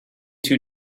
two